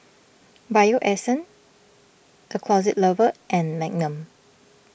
Bio Essence the Closet Lover and Magnum